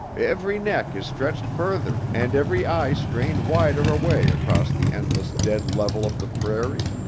every neck is stretched further and every eye strained wider away across the endless dead level of the prairie,